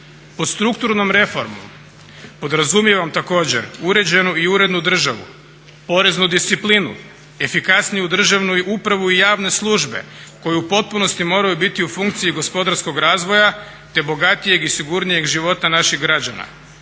Pod strukturnom reformom podrazumijevam također uređenu i urednu državu, poreznu disciplinu, efikasniju državnu upravu i javne službe koju u potpunosti moraju biti u funkciji gospodarskog razvoja te bogatijeg i sigurnijeg života naših građana.